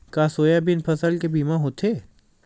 का सोयाबीन फसल के बीमा होथे?